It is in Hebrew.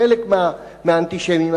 חלק מהאנטישמים,